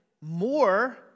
more